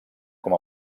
com